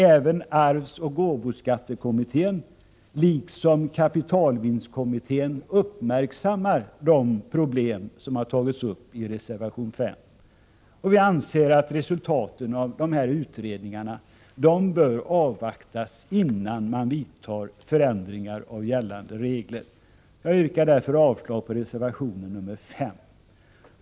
Även arvsoch gåvoskattekommittén liksom kapitalvinstkommittén uppmärksammar de problem som tagits upp i reservation 5. Vi anser att resultatet av utredningarna bör avvaktas innan man vidtar förändringar av gällande regler. Jag yrkar därför avslag på reservation 5.